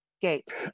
gate